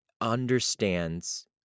understands